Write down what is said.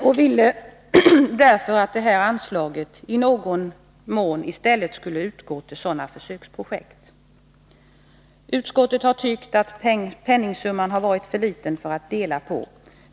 Jag vill därför att anslaget i stället i någon mån utgår till sådana försöksprojekt. Utskottet har ansett penningsumman vara för liten att dela på.